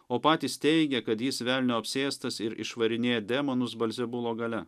o patys teigia kad jis velnio apsėstas ir išvarinėja demonus belzebubo galia